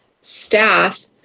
staff